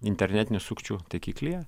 internetinių sukčių taikiklyje